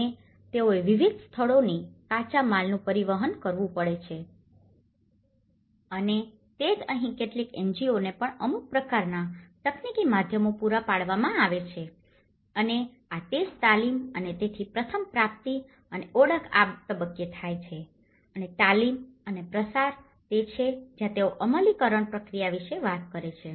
અને તેઓને વિવિધ સ્થળોએથી કાચા માલનું પરિવહન કરવું પડે છે અને તે જ અહીં કેટલીક NGOને પણ અમુક પ્રકારના તકનીકી માધ્યમો પૂરા પાડવામાં આવે છે અને આ તે જ તાલીમ અને તેથી પ્રથમ પ્રાપ્તિ અને ઓળખ આ તબક્કે થાય છે અને તાલીમ અને પ્રસાર અને તે તે છે જ્યાં તેઓ અમલીકરણ પ્રક્રિયા વિશે વાત કરે છે